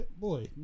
Boy